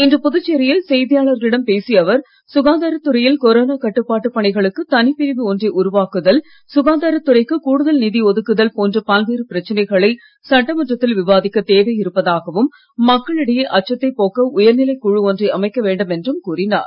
இன்று புதுச்சேரியில் செய்தியாளர்களிடம் பேசிய அவர் சுகாதாரத் துறையில் கொரோனா கட்டுப்பாட்டு பணிகளுக்கு தனிப்பிரிவு ஒன்றை உருவாக்குதல் சுகாதாரத் துறைக்கு கூடுதல் நிதி ஒதுக்குதல் போன்ற பல்வேறு பிரச்சனைகளை சட்டமன்றத்தில் விவாதிக்க தேவை இருப்பதாகவும் மக்கள் இடையே அச்சத்தை போக்க உயர்நிலை குழு ஒன்றை அமைக்க வேண்டும் என்றும் கூறினார்